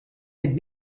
had